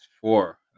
four